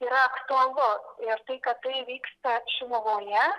yra aktualu ir tai kad tai vyksta šiluvoje